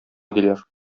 диләр